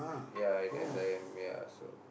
ya in S_I_M ya so